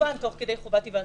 וכמובן תוך כדי חובת היוועצות.